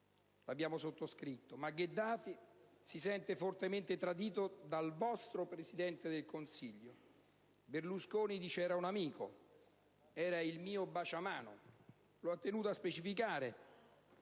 abbiamo sottoscritto - ma Gheddafi si sente fortemente tradito dal vostro Presidente del Consiglio. «Berlusconi - ha detto Gheddafi - era un amico» «Era il mio "bacia-mano"» ha tenuto a specificare.